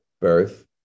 birth